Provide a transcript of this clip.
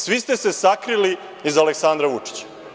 Svi ste se sakrili iza Aleksandra Vučića.